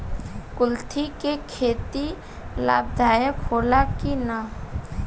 कुलथी के खेती लाभदायक होला कि न?